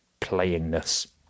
playingness